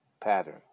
pattern